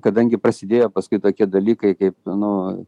kadangi prasidėjo paskui tokie dalykai kaip nu